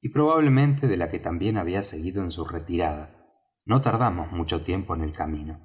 y probablemente de la que también había seguido en su retirada no tardamos mucho tiempo en el camino